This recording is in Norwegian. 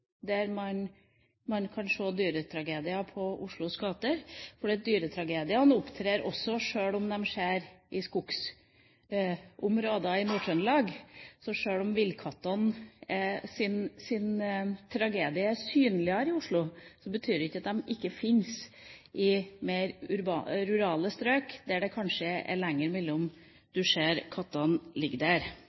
der man kan se dyretragedier i gatene, for dyretragedier opptrer også i skogsområder i Nord-Trøndelag. Villkattenes tragedier er mer synlige i Oslo, men det betyr ikke at de ikke fins i mer rurale strøk, sjøl om det kanskje er lenger mellom de kattene man kan se ligger der.